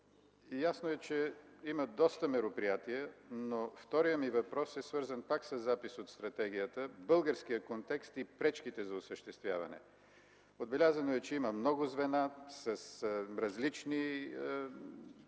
Ясно е, че има доста мероприятия, но вторият ми въпрос е свързан пак със записа от Стратегията – българският контекст и пречките за осъществяване. Отбелязано е, че има много звена с различни ангажименти,